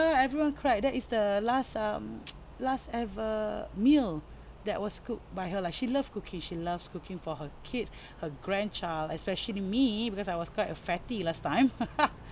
everyone cried that is the last um last ever meal that was cooked by her lah she love cooking she loves cooking for her kids her grandchild especially me because I was quite a fatty last time